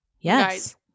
Yes